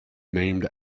named